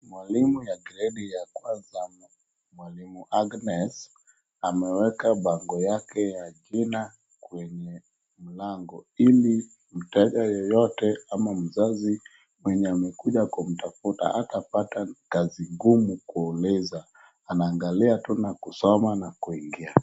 Mwalimu ya gredi ya kwanza, mwalimu Agnes, ameweka bango yake ya jina kwenye mlango ili yeyote ama mzazi mwenye amekuja kumtafuta hatapata kazi ngumu kuuliza, anangalia tu na kusoma na kuingia.